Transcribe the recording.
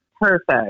Perfect